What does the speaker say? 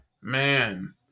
Man